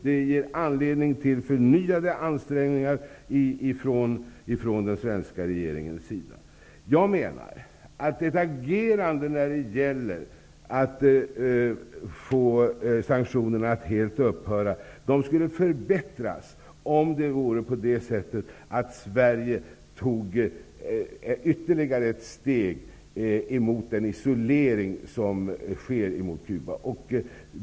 Det ger anledning till förnyade ansträngningar från den svenska regeringens sida. Jag menar att möjligheterna att få sanktionerna att helt upphöra skulle förbättras, om Sverige tog ytterligare ett steg för att bryta den isolering som Cuba är utsatt för.